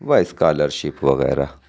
و scholarship وغیرہ